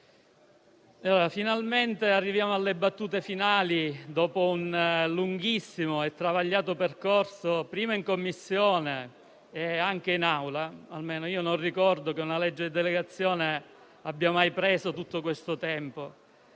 finalmente arriviamo alle battute finali, dopo un lunghissimo e travagliato percorso prima in Commissione e poi anche in Aula. Non ricordo che una legge di delegazione abbia mai preso tutto questo tempo.